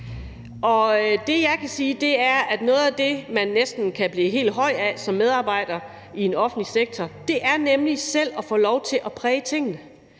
Og det, jeg kan sige, er, at noget af det, man næsten kan blive helt høj af som medarbejder i en offentlig sektor, er nemlig selv at få lov til at præge tingene,